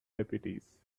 deputies